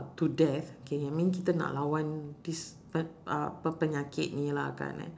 to death K I mean kita nak lawan this pa~ uh pe~ penyakit ni lah kan eh